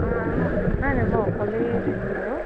মই নাই নাই মই অকলেই থাকিম বাৰু